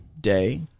day